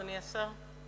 אדוני השר.